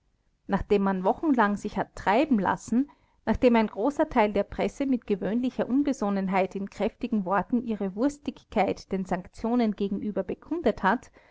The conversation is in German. nachdem man wochenlang sich hat treiben lassen nachdem ein großer teil der presse mit gewöhnlicher unbesonnenheit in kräftigen worten ihre wurstigkeit den sanktionen gegenüber bekundet hat